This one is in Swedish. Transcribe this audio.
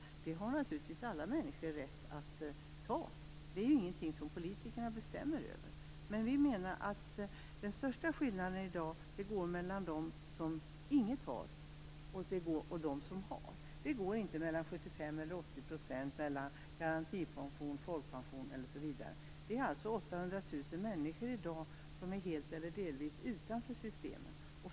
Sådana har naturligtvis alla människor rätt att teckna. Det är ingenting som politikerna bestämmer över. Men vi menar att den största skillnaden i dag finns mellan dem som inget har och dem som har. Den finns inte mellan 75 % eller 80 %, mellan garantipension, folkpension eller något annat. I dag står alltså 800 000 människor helt eller delvis utanför systemen.